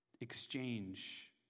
Exchange